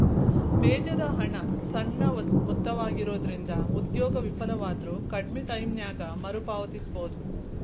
ಬೇಜದ ಹಣ ಸಣ್ಣ ಮೊತ್ತವಾಗಿರೊಂದ್ರಿಂದ ಉದ್ಯೋಗ ವಿಫಲವಾದ್ರು ಕಡ್ಮಿ ಟೈಮಿನ್ಯಾಗ ಮರುಪಾವತಿಸಬೋದು